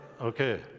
okay